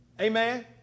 Amen